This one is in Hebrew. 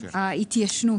ההתיישנות.